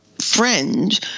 friend